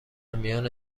میان